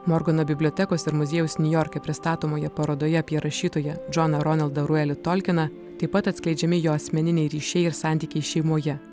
morgano bibliotekos ir muziejaus niujorke pristatomoje parodoje apie rašytoją džoną ronaldą ruelį tolkiną taip pat atskleidžiami jo asmeniniai ryšiai ir santykiai šeimoje